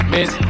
Miss